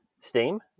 steam